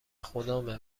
خدامه